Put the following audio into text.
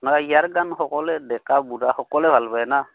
নাই ইয়াৰ গান সকলোৱে ডেকা বুঢ়া সকলোৱে ভাল পাই না